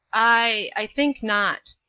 i i think not.